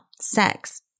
sex